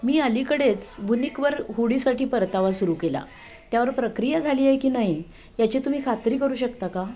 मी अलीकडेच वुनिकवर हुडीसाठी परतावा सुरू केला त्यावर प्रक्रिया झाली आहे की नाही याची तुम्ही खात्री करू शकता का